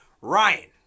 Ryan